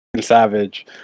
savage